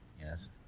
Yes